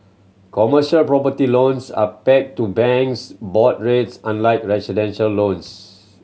commercial property loans are peg to banks' board rates unlike residential loans